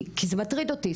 כי זה מטריד אותי,